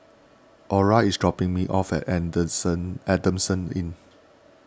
Ora is dropping me off at Adamson Inn